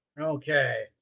Okay